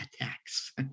attacks